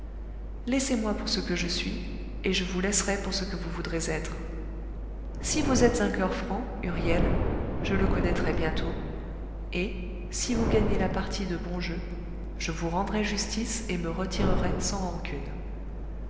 laissez-moi pour ce que je suis et je vous laisserai pour ce que vous voudrez être si vous êtes un coeur franc huriel je le connaîtrai bientôt et si vous gagnez la partie de bon jeu je vous rendrai justice et me retirerai sans rancune